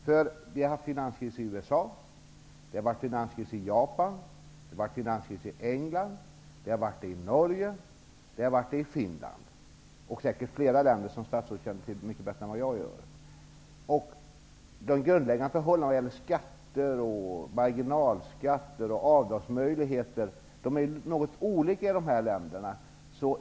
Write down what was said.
Det har varit finanskris i USA, finanskris i Japan, finanskris i England, i Norge och i Finland. Det har säkert varit det i flera länder, vilket statsrådet känner till mycket bättre än vad jag gör. De grundläggande förhållandena vad gäller skatter, marginalskatter och avdragsmöjligheter är något olika i dessa länder.